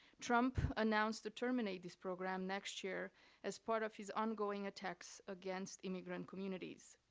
trump announced to terminate this program next year as part of his ongoing attacks against immigrant communities.